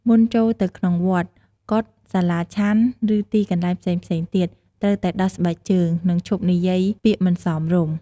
មុនចូលទៅក្នុងវត្ត កុដិ សាលាឆាន់ ឬទីកន្លែងផ្សេងៗទៀត ត្រូវតែដោះស្បែកជើង និងឈប់និយាយពាក្យមិនសមរម្យ។